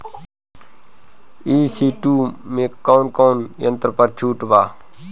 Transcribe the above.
ई.सी टू मै कौने कौने यंत्र पर छुट बा?